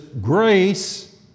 grace